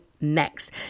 next